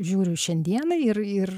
žiūriu į šiandieną ir ir